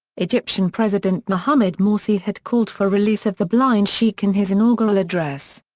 egyptian president mohammed morsi had called for release of the blind sheikh in his inaugural address.